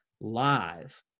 live